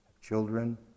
Children